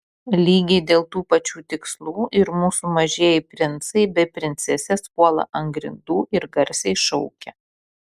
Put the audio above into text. lygiai dėl tų pačių tikslų ir mūsų mažieji princai bei princesės puola ant grindų ir garsiai šaukia